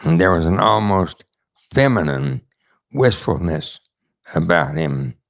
there was an almost feminine wistfulness about him.